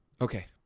Okay